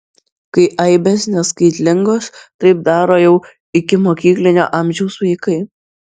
kai aibės neskaitlingos taip daro jau ikimokyklinio amžiaus vaikai